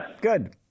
Good